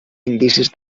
indicis